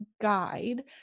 guide